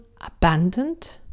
abandoned